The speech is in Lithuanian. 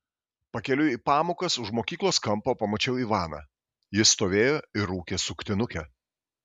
pakeliui į pamokas už mokyklos kampo pamačiau ivaną jis stovėjo ir rūkė suktinukę